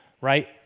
right